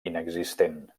inexistent